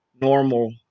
normal